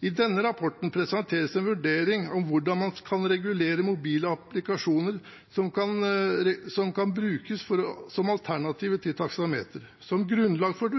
I denne rapporten presenteres det en vurdering av hvordan man kan regulere mobile applikasjoner som kan brukes som alternativ til taksameter. Som grunnlag for